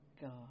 god